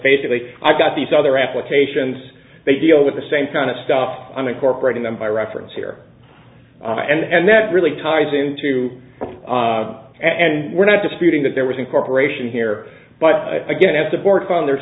basically i've got these other applications they deal with the same kind of stuff i'm incorporating them by reference here and that really ties into and we're not disputing that there was incorporation here but again as the board on there